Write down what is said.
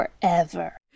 forever